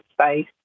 space